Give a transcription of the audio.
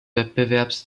wettbewerbs